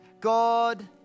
God